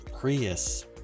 Prius